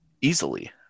easily